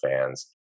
fans